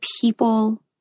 people